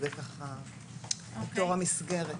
זאת המסגרת.